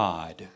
God